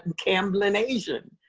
and cablinasian,